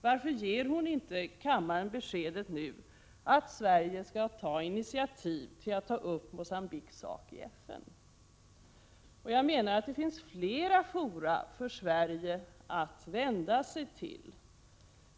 Varför ger hon inte kammaren beskedet nu att Sverige skall ta initiativ till att ta upp Mogambiques sak i FN? Det finns flera fora för Sverige att vända sig till.